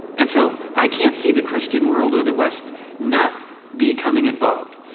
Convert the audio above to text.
and so i can't see the christian world or the west not becoming involved.